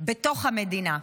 בתוך המדינה.